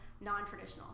non-traditional